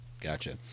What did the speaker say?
Gotcha